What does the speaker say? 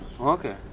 Okay